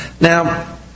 Now